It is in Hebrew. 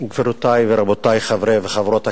גבירותי ורבותי חברי וחברות הכנסת,